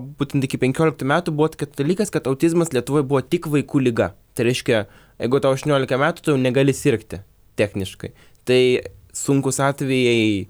būtent iki penkioliktų metų buvo tokia dalykas kad autizmas lietuvoj buvo tik vaikų liga tai reiškia jeigu tau aštuoniolika metų tu jau negali sirgti techniškai tai sunkūs atvejai